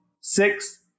Six